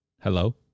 Hello